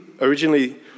Originally